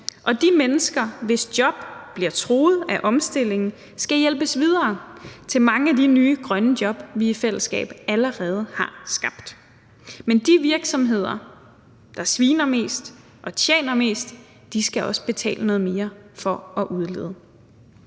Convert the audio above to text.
Og de mennesker, hvis job bliver truet af omstillingen, skal hjælpes videre til mange af de nye grønne job, vi i fællesskab allerede har skabt, men de virksomheder, der sviner mest og tjener mest, skal også betale noget mere for at udlede.